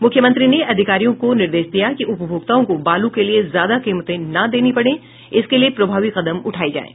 मुख्यमंत्री ने अधिकारियों को निर्देश दिया कि उपभोक्ताओं को बालू के लिए ज्यादा कीमते न देनी पड़े इसके लिए प्रभावी कदम उठाये जाये